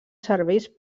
serveis